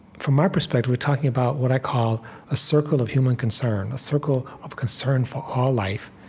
from our perspective, we're talking about what i call a circle of human concern a circle of concern for all life,